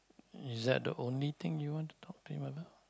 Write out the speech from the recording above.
is that the only thing you want to talk to him about